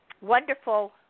wonderful